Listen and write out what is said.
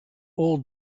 all